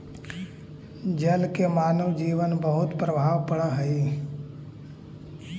जल के मानव जीवन पर बहुत प्रभाव पड़ऽ हई